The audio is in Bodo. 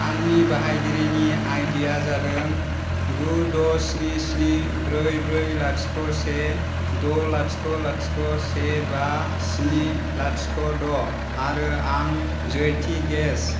आंनि बाहायगिरिनि आइडि या जादों गु द' स्नि स्नि ब्रै ब्रै लाथिख' से द' लाथिख' लाथिख' से बा स्नि लाथिख' द' आरो आं जयथि गेस